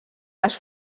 les